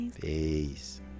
peace